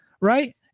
right